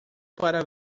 para